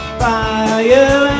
fire